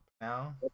now